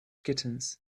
kittens